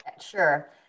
Sure